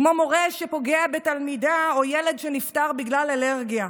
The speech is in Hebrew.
כמו מורה שפוגע בתלמידה או ילד שנפטר בגלל אלרגיה,